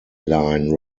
line